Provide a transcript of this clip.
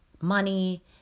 money